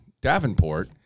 Davenport